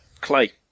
Clay